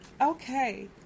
okay